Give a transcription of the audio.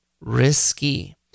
risky